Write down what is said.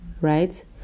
right